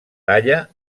talla